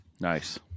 Nice